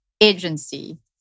agency